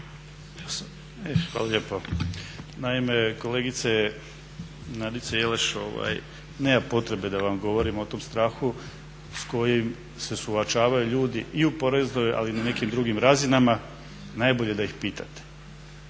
Hvala lijepa. Naime kolegice Nadice Jelaš, nema potrebe da vam govorim o tom strahu s kojim se suočavaju ljudi i u poreznoj, ali i na nekim drugim razinama. Najbolje da ih pitate.